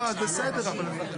אז מחוסר ברירה לקחתי את הדירה,